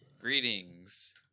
Greetings